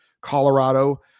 Colorado